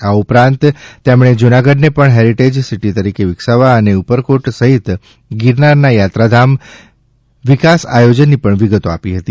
આ ઉપરાંત તેમણે જૂનાગઢને પણ હેરિટેજ સિટી તરીકે વિકસાવવા અને ઉપરકોટ સહિત ગિરનારના યાત્રાધામ વિકાસ આયોજનની પણ વિગતો આપી હતી